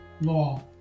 law